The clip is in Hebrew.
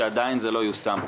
שעדיין לא יושם,